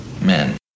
men